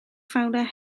fowler